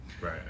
Right